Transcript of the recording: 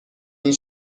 این